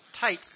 tight